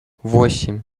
восемь